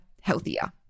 healthier